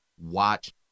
Watch